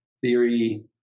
theory